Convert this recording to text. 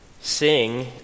sing